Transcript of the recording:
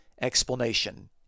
explanation